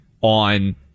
on